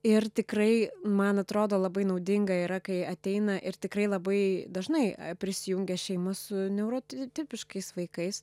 ir tikrai man atrodo labai naudinga yra kai ateina ir tikrai labai dažnai prisijungia šeima su neuroti tipiškais vaikais